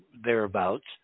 thereabouts